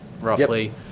roughly